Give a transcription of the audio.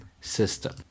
system